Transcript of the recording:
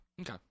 Okay